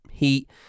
Heat